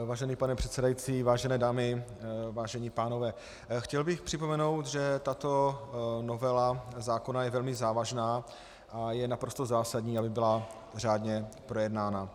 Vážený pane předsedající, vážené dámy, vážení pánové, chtěl bych připomenout, že tato novela zákona je velmi závažná a je naprosto zásadní, aby byla řádně projednána.